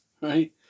right